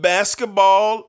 Basketball